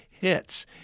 hits